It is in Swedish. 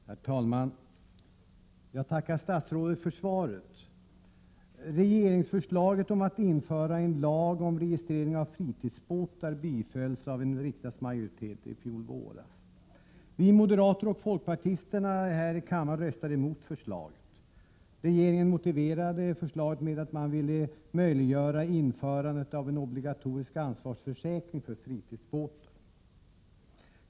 Herr talman! Jag tackar statsrådet för svaret. Regeringsförslaget om att införa en lag om registrering av fritidsbåtar bifölls av en riksdagsmajoritet i fjolvåras. Vi moderater och folkpartisterna här i kammaren röstade mot förslaget. Regeringen motiverade förslaget med att den ville möjliggöra införandet av en obligatorisk ansvarsförsäkring för fritidsbåtar.